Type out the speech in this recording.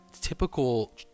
typical